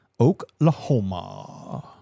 Oklahoma